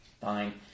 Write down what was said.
Fine